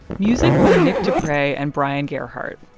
music by nick deprey and bryan gerhart.